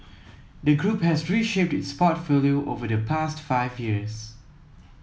the group has reshaped its portfolio over the past five years